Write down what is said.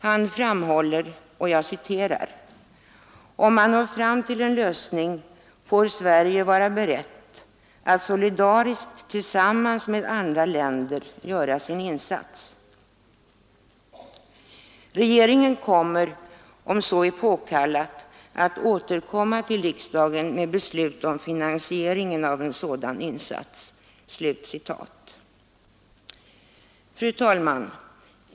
Han framhåller: ”Om man når fram till en lösning får Sverige vara berett att solidariskt tillsammans med andra länder göra sin insats. Regeringen kommer, om så är påkallat, att återkomma till riksdagen med förslag om finansieringen av en sådan insats.” Fru talman!